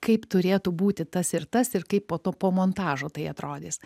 kaip turėtų būti tas ir tas ir kaip po to po montažo tai atrodys